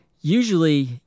usually